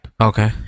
Okay